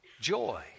Joy